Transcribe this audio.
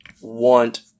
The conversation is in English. want